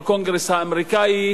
בקונגרס האמריקני,